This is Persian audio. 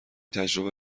تجربه